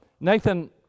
Nathan